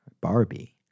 Barbie